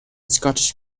scottish